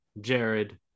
Jared